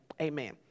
amen